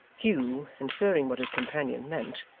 hugh, inferring what his companion meant,